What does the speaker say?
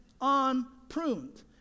unpruned